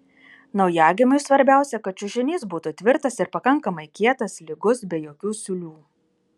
naujagimiui svarbiausia kad čiužinys būtų tvirtas ir pakankamai kietas lygus be jokių siūlių